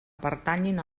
pertanyin